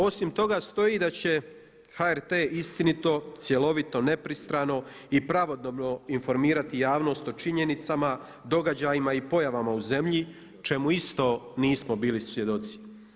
Osim toga stoji da će HRT istinito, cjelovito, nepristrano i pravodobno informirati javnost o činjenicama, događajima i pojavama u zemlji čemu isto nismo bili svjedoci.